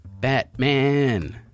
Batman